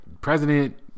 president